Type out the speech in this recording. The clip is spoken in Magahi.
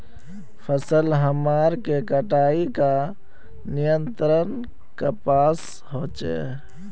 फसल हमार के कटाई का नियंत्रण कपास होचे?